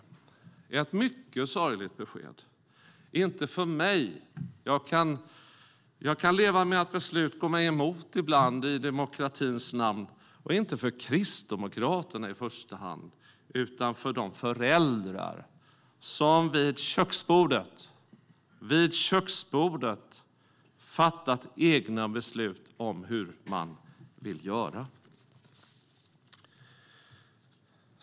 Det är ett mycket sorgligt besked, inte för mig - jag kan leva med att beslut går mig emot ibland i demokratins namn - och inte för Kristdemokraterna i första hand utan för de föräldrar som vid köksbordet fattat egna beslut om hur de vill göra.